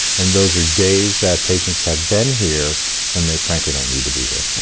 and those are days that patients have been here when they frankly don't need to be here.